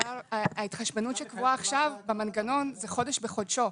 ההתחשבנות שקבועה עכשיו במנגנון היא מדי חודש בחודשו.